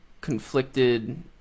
conflicted